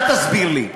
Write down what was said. אל תסביר לי.